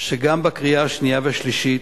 שגם בקריאה השנייה והשלישית,